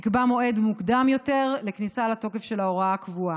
יקבע מועד מוקדם יותר לכניסה לתוקף של ההוראה הקבועה.